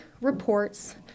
reports